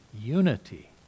unity